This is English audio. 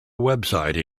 website